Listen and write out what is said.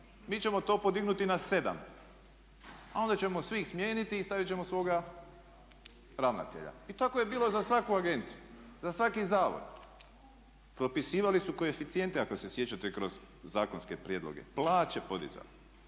mi ćemo to podignuti na sedam, a onda ćemo svih smijeniti i stavit ćemo svoga ravnatelja. I tako je bilo za svaku agenciju, za svaki zavod. Propisivali su koeficijente ako se sjećate kroz zakonske prijedloge, plaće podizali.